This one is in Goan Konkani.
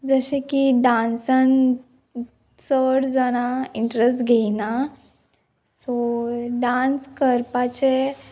जशें की डांसान चड जाणां इंट्रस्ट घेयना सो डांस करपाचे